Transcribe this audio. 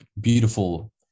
beautiful